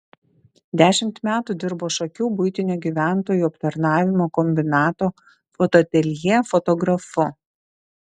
dešimt metų dirbo šakių buitinio gyventojų aptarnavimo kombinato fotoateljė fotografu